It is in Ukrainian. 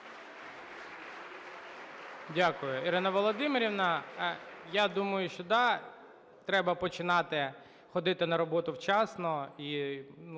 Дякую, Ірина Володимирівна. Я думаю, що, да, треба починати ходити на роботу вчасно,